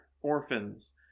orphans